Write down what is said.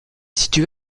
situé